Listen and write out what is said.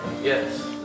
yes